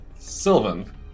Sylvan